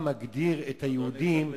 אתה צריך לסיים.